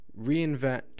reinvent